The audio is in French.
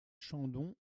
chandon